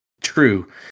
True